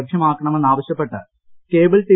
ലഭ്യമാക്കണമെന്നാവശ്യപ്പെട്ട് cable T